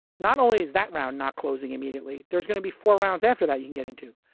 not only is that round not closing immediately, there's going to be four rounds after that you can get into.